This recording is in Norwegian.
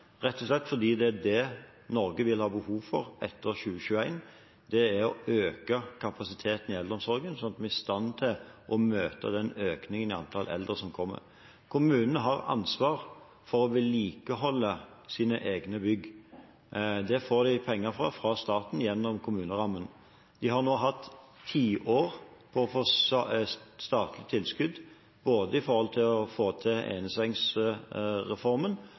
rett og slett fordi det Norge vil ha behov for etter 2021, er å øke kapasiteten i eldreomsorgen slik at vi er i stand til å møte den økningen i antall eldre som kommer. Kommunene har ansvar for å vedlikeholde sine egne bygg. Det får de penger til fra staten gjennom kommunerammen. De har nå hatt tiår på å få statlig tilskudd til både å få til